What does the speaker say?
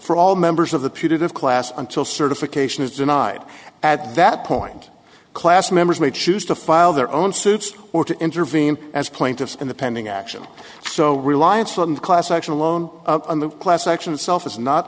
for all members of the putative class until certification is denied at that point class members may choose to file their own suits or to intervene as plaintiffs in the pending action so reliance on class action alone in the class action itself is not